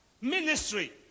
ministry